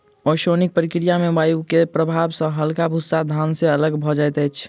ओसौनिक प्रक्रिया में वायु के प्रभाव सॅ हल्का भूस्सा धान से अलग भअ जाइत अछि